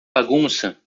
bagunça